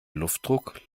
luftdruck